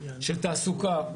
תעסוקה,